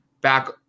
back